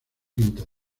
quinta